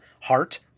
heart